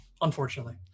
unfortunately